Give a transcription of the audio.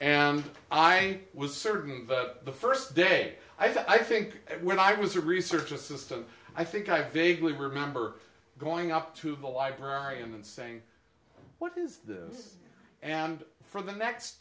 and i was serving the first day i think when i was a research assistant i think i vaguely remember going up to the library and saying what is this and for the next